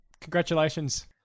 Congratulations